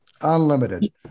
unlimited